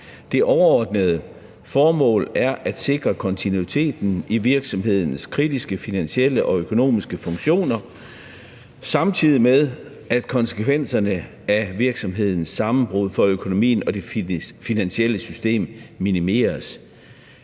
Det overordnede formål er at sikre kontinuiteten i virksomhedens kritiske finansielle og økonomiske funktioner, samtidig med at konsekvenserne af virksomhedens sammenbrud for økonomien og det finansielle system minimeres.